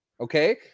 Okay